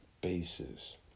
bases